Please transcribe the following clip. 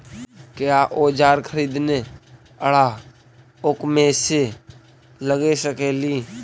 क्या ओजार खरीदने ड़ाओकमेसे लगे सकेली?